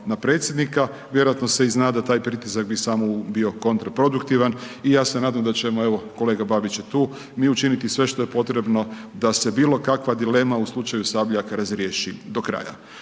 na predsjednika, vjerojatno se i zna da taj pritisak bi samo bio kontraproduktivan i ja se nadam da ćemo evo kolega Babić je tu, mi učiniti sve što je potrebno da se bilokakva dilema u slučaju Sabljak razriješi do kraja.